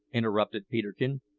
interrupted peterkin,